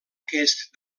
aquest